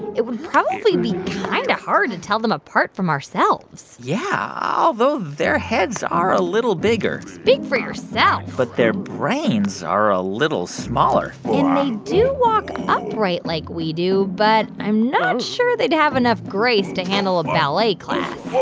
it would probably be kind of hard to and tell them apart from ourselves yeah, although their heads are a little bigger speak for yourself but their brains are a little smaller and they do walk upright like we do. but i'm not sure they'd have enough grace to handle a ballet class